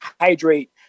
hydrate